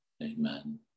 Amen